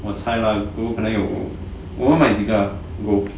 我猜 lah gold 可能还有我们买几个 ah ah